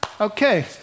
okay